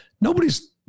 Nobody's